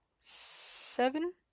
seven